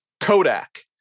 Kodak